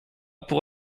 pour